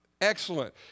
Excellent